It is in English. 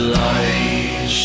light